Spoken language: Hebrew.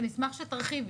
אני אשמח שתרחיבי,